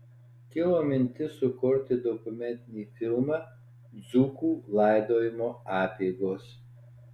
kilo mintis sukurti dokumentinį filmą dzūkų laidojimo apeigos